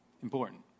important